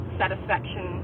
satisfaction